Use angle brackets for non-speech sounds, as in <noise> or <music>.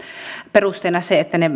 perusteena se että ne <unintelligible>